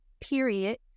period